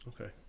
Okay